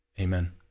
Amen